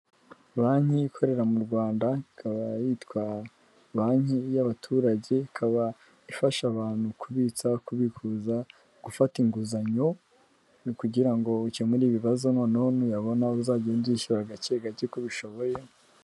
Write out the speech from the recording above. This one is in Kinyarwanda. Banki ikorera mu Rwanda, ikaba yitwa banki y'abaturage, ikaba ifasha abantu kubitsa, kubikuza, gufata inguzanyo kugira ngo ukemure ibibazo noneho nuyabona uzagende uyishyura gake gake uko ubishoboye